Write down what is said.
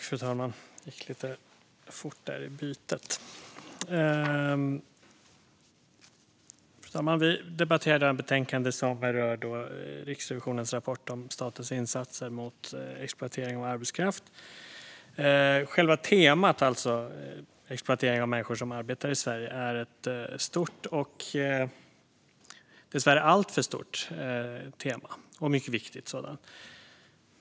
Fru talman! Vi debatterar i dag ett betänkande som rör Riksrevisionens rapport om statens insatser mot exploatering av arbetskraft. Själva temat, alltså exploatering av människor som arbetar i Sverige, är stort - dessvärre alltför stort - och mycket viktigt.